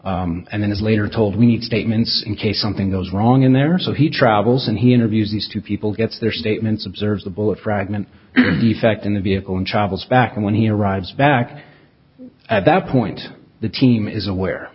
s and then is later told we need statements in case something goes wrong in there so he travels and he interviews these two people gets their statements observes the bullet fragment defect in the vehicle and travels back and when he arrives back at that point the team is aware